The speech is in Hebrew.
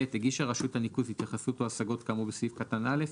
(ב) הגישה רשות הניקוז התייחסות או השגות כאמור בסעיף קטן (א),